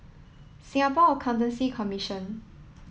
Singapore Accountancy Commission